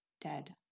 dead